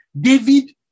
David